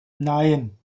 nein